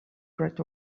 bright